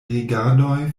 rigardoj